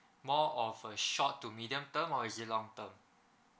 more of uh short to medium term or is it long term